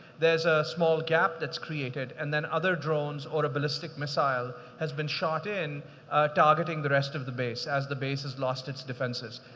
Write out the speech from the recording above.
there's a small gap that's created, and then other drones or a ballistic missile has been shot in targeting the rest of the base as the base has lost its defenses.